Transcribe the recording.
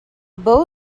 both